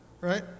right